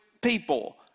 people